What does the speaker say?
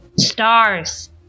Stars